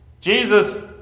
Jesus